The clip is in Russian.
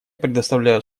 предоставляю